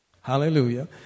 Hallelujah